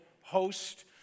host